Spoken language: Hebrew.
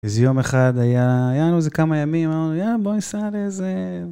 איזה יום אחד היה, היה לנו איזה כמה ימים, אמרנו יאללה בוא ניסע לאיזה...